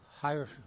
higher